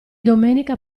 domenica